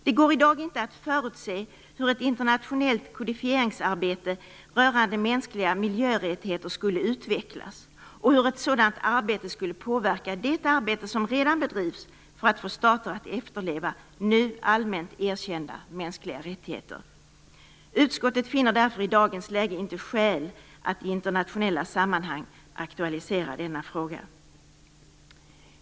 Det går inte i dag att förutse hur ett internationellt kodifieringsarbete rörande mänskliga 'miljö'- rättigheter skulle utvecklas och hur ett sådant arbete skulle påverka det arbete som redan bedrivs för att få stater att efterleva nu allmänt erkända mänskliga rättigheter. Utskottet finner därför i dagens läge inte skäl att i internationella sammanhang aktualisera denna fråga."